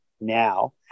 now